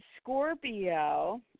Scorpio